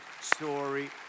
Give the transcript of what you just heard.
story